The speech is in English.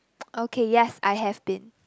okay yes I have been